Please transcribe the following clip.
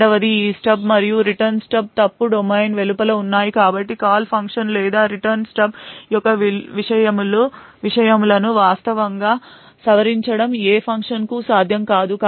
రెండవది ఈ స్టబ్ మరియు రిటర్న్ స్టబ్ ఫాల్ట్ డొమైన్ వెలుపల ఉన్నాయి కాబట్టి కాల్ ఫంక్షన్ లేదా రిటర్న్ స్టబ్ యొక్క విషయముల ను వాస్తవంగా సవరించడం ఏ ఫంక్షన్ కూ సాధ్యం కాదు